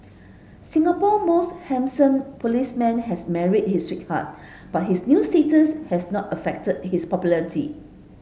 Singapore most handsome policeman has married his sweetheart but his new status has not affected his popularity